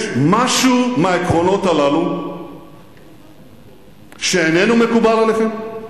יש משהו מהעקרונות הללו שאיננו מקובל עליכם?